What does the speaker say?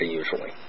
usually